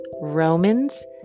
Romans